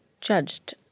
judged